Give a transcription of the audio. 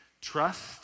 Trust